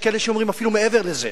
ויש כאלה שאומרים אפילו מעבר לזה,